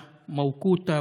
משפחות,